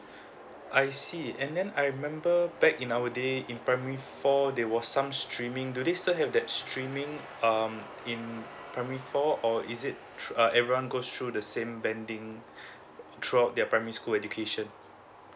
I see and then I remember back in our day in primary four there was some streaming do they still have that screaming um in primary four or is it throu~ everyone goes through the same banding um throughout their primary school education